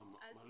מה